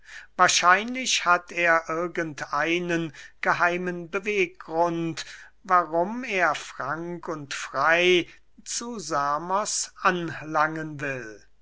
wahrscheinlich hat er irgend einen geheimen beweggrund warum er frank und frey zu samos anlangen will